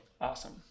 Awesome